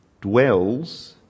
dwells